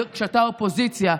כשאתה יושב-ראש אופוזיציה,